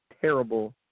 terrible